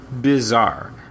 bizarre